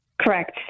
Correct